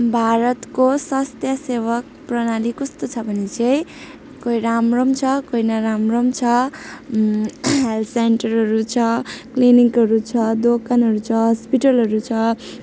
भारतको स्वास्थ्य सेवा प्रणाली कस्तो छ भने चाहिँ कोही राम्रो छ कोही नराम्रो छ हेल्थ सेन्टरहरू छ क्लिनिकहरू छ दोकानहरू छ हस्पिटलहरू छ